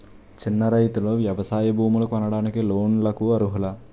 చిన్న రైతులు వ్యవసాయ భూములు కొనడానికి లోన్ లకు అర్హులా?